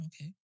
okay